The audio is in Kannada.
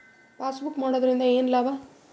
ಪಾಸ್ಬುಕ್ ಮಾಡುದರಿಂದ ಏನು ಲಾಭ?